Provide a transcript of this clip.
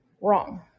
Wrong